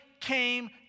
Came